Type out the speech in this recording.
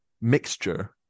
mixture